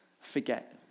forget